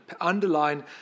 underline